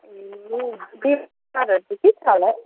ए बिमारहरू चाहिँ के छ होला है